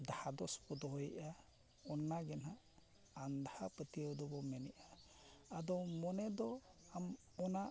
ᱫᱷᱟᱫᱚᱥ ᱠᱚ ᱫᱚᱦᱚᱭᱮᱜᱼᱟ ᱚᱱᱟ ᱜᱮ ᱱᱟᱜ ᱟᱫᱷᱟ ᱯᱟᱹᱛᱭᱟᱹᱣ ᱫᱚᱵᱚ ᱢᱮᱱᱮᱜᱼᱟ ᱟᱫᱚ ᱢᱚᱱᱮ ᱫᱚ ᱟᱢ ᱚᱱᱟ